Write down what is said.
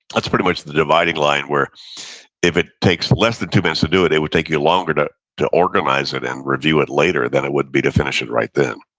that's pretty much the dividing line where if it takes less than two minutes to do it, it would take you longer to to organize it and review it later than it would be to finish it right then.